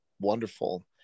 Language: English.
wonderful